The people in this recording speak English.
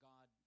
God